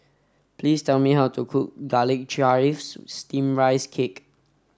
please tell me how to cook garlic chives steamed rice cake